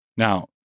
Now